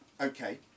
okay